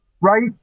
right